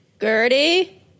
Gertie